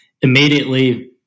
immediately